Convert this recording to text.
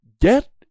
get